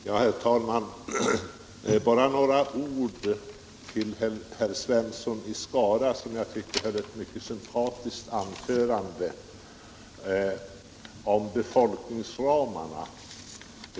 Herr talman! Bara några ord om befolkningsramarna till herr Svensson i Skara, som jag tycker höll ett mycket sympatiskt anförande.